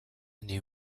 new